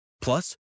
Plus